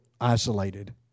isolated